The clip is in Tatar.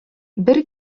бер